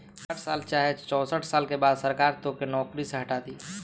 साठ साल चाहे चौसठ साल के बाद सरकार तोके नौकरी से हटा दी